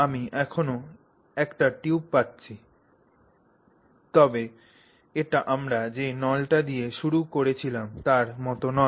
আমি এখনও একটি টিউব পাচ্ছি তবে এটি আমরা যে নলটি দিয়ে শুরু করেছিলাম তার মতো নয়